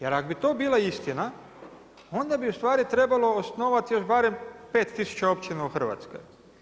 Jer ako bi to bila istina, onda bi ustvari trebalo osnovati još barem 5 tisuća općina u Hrvatskoj.